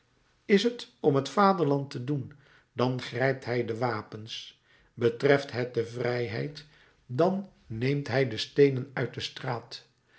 is t om t vaderland te doen dan grijpt hij de wapens betreft het de vrijheid dan neemt hij de steenen uit de straat